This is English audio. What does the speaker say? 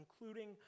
including